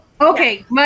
Okay